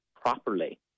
properly